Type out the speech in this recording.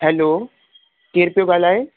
हलो केरु पियो ॻाल्हाए